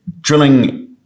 drilling